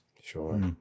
sure